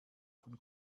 von